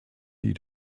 die